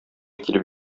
килеп